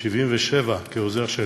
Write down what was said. ב-1977, כעוזר של